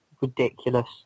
ridiculous